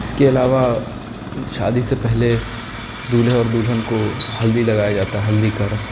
اس کے علاوہ شادی سے پہلے دلہے اور دلہن کو ہلدی لگایا جاتا ہے ہلدی کا رسم